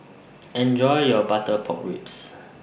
Enjoy your Butter Pork Ribs